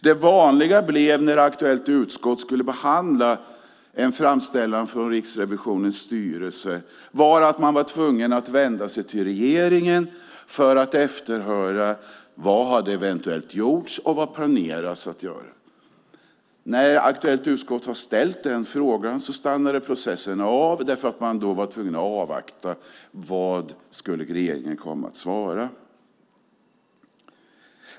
Det vanliga när aktuellt utskott skulle behandla en framställan från Riksrevisionens styrelse blev att man var tvungen att vända sig till regeringen för att efterhöra vad som eventuellt hade gjorts och vad som planerades. När aktuellt utskott hade ställt den frågan stannade processen av därför att man var tvungen att avvakta vad regeringen skulle komma att svara.